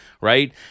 right